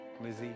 Lizzie